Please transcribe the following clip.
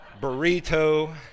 burrito